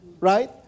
right